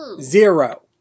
Zero